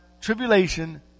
tribulation